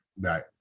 right